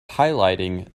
highlighting